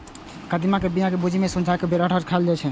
कदीमा के बिया कें भूजि कें संझुका बेरहट मे खाएल जाइ छै